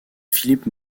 philip